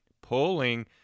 pulling